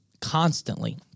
constantly